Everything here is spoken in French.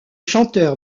chanteur